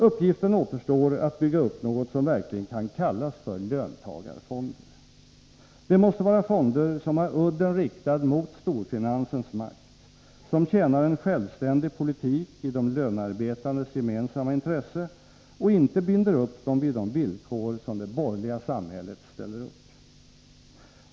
Uppgiften återstår att bygga upp något som verkligen kan kallas för löntagarfonder. Det måste vara fonder som har udden riktad mot storfinansens makt, som tjänar en självständig politik i de lönarbetandes gemensamma intresse och inte binder upp dem vid de villkor som det borgerliga samhället ställer upp.